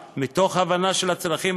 ויהודה ושומרון וועדת הדרום,